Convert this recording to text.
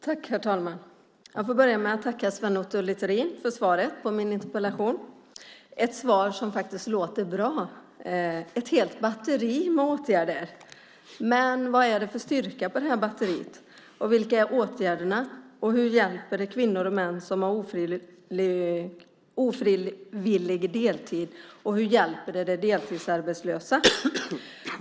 Herr talman! Jag vill börja med att tacka Sven Otto Littorin för svaret på min interpellation. Det är ett svar som faktiskt låter bra. Det talas om ett helt batteri av åtgärder. Men vad är det för styrka på det batteriet, och vilka är åtgärderna? Hur hjälper det kvinnor och män som ofrivilligt arbetar deltid, och hur hjälper det de deltidsarbetslösa?